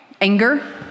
Anger